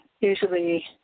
Usually